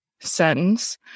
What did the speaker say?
sentence